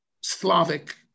Slavic